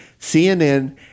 CNN